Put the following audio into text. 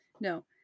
No